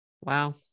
Wow